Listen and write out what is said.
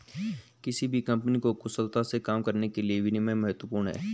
किसी भी कंपनी को कुशलता से काम करने के लिए विनियम महत्वपूर्ण हैं